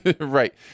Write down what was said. Right